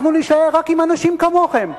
אנחנו נישאר רק עם אנשים כמוכם.